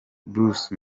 bruce